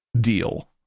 deal